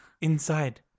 inside